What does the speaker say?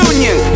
Union